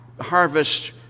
harvest